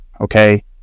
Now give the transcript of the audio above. Okay